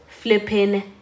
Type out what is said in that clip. flipping